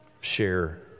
share